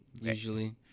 usually